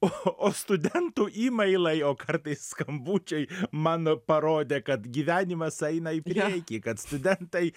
o o studentų imailai o kartais skambučiai man parodė kad gyvenimas eina į priekį kad studentai